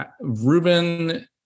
Ruben